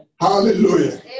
Hallelujah